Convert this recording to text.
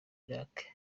iraq